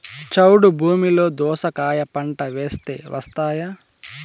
చౌడు భూమిలో దోస కాయ పంట వేస్తే వస్తాయా?